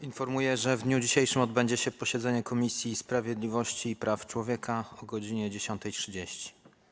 Informuję, że w dniu dzisiejszym odbędzie się posiedzenie Komisji Sprawiedliwości i Praw Człowieka - o godz. 10.30.